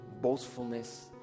boastfulness